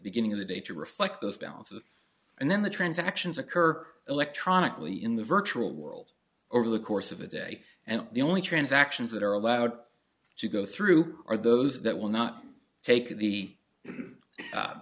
beginning of the day to reflect those balances and then the transactions occur electronically in the virtual world over the course of a day and the only transactions that are allowed to go through are those that will not take the